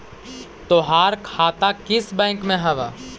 तोहार खाता किस बैंक में हवअ